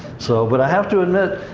so, but i have to admit,